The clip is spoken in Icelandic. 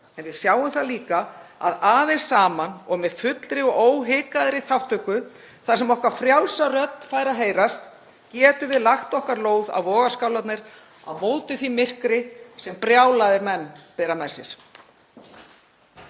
En við sjáum það líka að aðeins saman og með fullri og óhikaðri þátttöku þar sem okkar frjálsa rödd fær að heyrast getum við lagt okkar lóð á vogarskálarnar á móti því myrkri sem brjálaðir menn bera með sér.